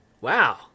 Wow